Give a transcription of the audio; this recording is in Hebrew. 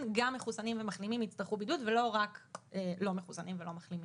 גם מחוסנים ומחלימים יצטרכו בידוד ולא רק לא מחוסנים ולא מחלימים.